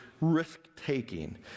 risk-taking